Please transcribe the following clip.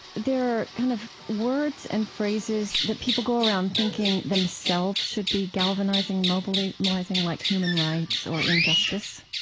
there are kind of words and phrases that people go around thinking themselves should be galvanizing, mobilizing, like human rights or injustice,